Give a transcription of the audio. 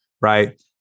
right